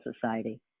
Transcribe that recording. Society